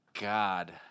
god